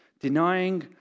denying